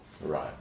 Right